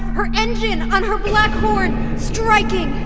her engine, on her black horn, striking.